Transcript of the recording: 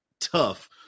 tough